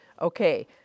Okay